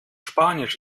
spanisch